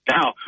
Now